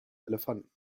elefanten